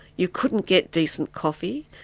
you couldn't get decent coffee,